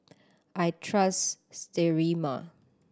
I trust Sterimar